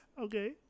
Okay